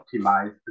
optimize